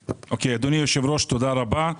אדוני היושב ראש, תודה רבה.